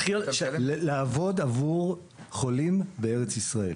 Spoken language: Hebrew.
לעבוד עבור חולים בארץ ישראל.